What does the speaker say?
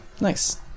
nice